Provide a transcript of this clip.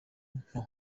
nto